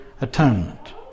atonement